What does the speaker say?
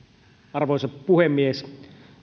arvoisa puhemies